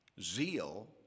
Zeal